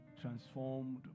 transformed